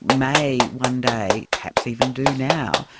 may one day perhaps even do now,